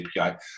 API